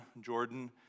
Jordan